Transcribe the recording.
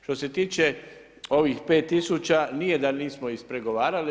Što se tiče ovih 5000, nije da nismo ispregovarali.